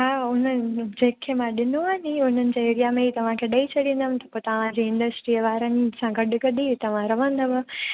हा उन्हनि जंहिंखें मां ॾिनो आहे उन्हनि जे ई एरिया में तव्हां खे ॾेई छॾींदमि त पोइ तव्हांजी इंडस्ट्रीअ वारनि सां गॾु गॾु तव्हां रहंदव